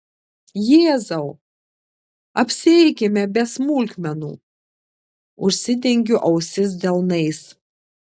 jėzau apsieikime be smulkmenų užsidengiu ausis delnais